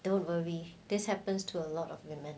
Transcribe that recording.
don't worry this happens to a lot of women